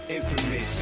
Infamous